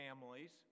families